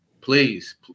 please